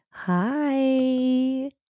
Hi